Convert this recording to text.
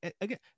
again